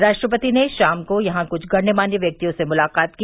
राष्ट्रपति ने शाम को यहां कुछ गणमान्य व्यक्तियों से मुलाकात की